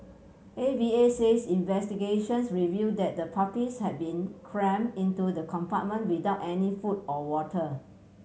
A V A says investigations reveal that the puppies had been cram into the compartment without any food or water